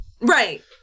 Right